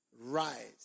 Rise